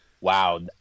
wow